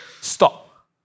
stop